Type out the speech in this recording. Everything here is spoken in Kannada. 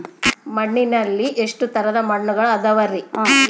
ಮಣ್ಣಿನಲ್ಲಿ ಎಷ್ಟು ತರದ ಮಣ್ಣುಗಳ ಅದವರಿ?